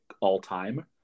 all-time